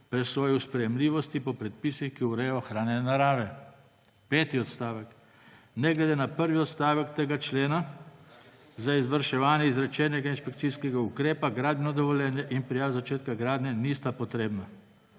presoje sprejemljivosti po predpisih, ki urejajo ohranjanje narave. Peti odstavek. Ne glede na prvi odstavek tega člena za izvrševanje izrečenega inšpekcijskega ukrepa gradbeno dovoljenje in prijava začetka gradnje nista potrebna.